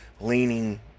leaning